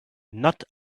not